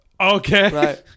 Okay